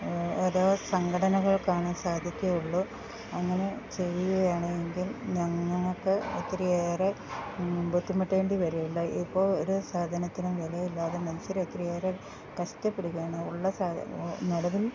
ഏതോ സംഘടനകൾ കാണാൻ സാധിക്കയുള്ളു അങ്ങനെ ചെയ്യുകയാണ് എങ്കിൽ ഞം ഞങ്ങൾക്ക് ഒത്തിരി ഏറെ ബുദ്ധിമുട്ടേണ്ടി വരുകില്ല ഇപ്പോൾ ഒരു സാധനത്തിനും വില ഇല്ലാതെ മനുഷ്യർ ഒത്തിരി ഏറെ കഷ്ടപ്പെടുകയാണ് ഉള്ള സാധനം നടതും